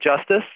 Justice